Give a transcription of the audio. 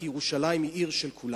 כי ירושלים היא עיר של כולנו.